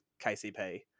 KCP